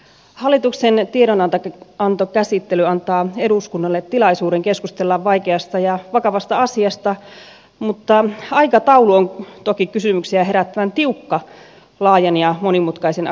hallituksen tiedonantokäsittely antaa eduskunnalle tilaisuuden keskustella vaikeasta ja vakavasta asiasta mutta aikataulu on toki kysymyksiä herättävän tiukka laajan ja monimutkaisen asian käsittelylle